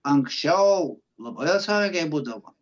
anksčiau labai atsargiai būdavo